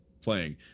playing